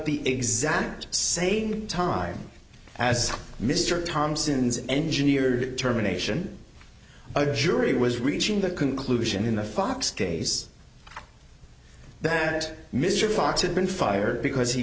the exams same time as mr thompson's engineer determination a jury was reaching the conclusion in the fox case that mr fox had been fired because he